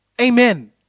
Amen